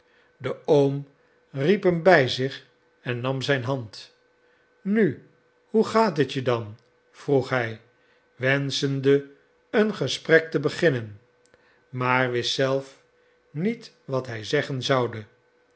de oom riep hem bij zich en nam zijn hand nu hoe gaat het je dan vroeg hij wenschende een gesprek te beginnen maar wist zelf niet wat hij zeggen zoude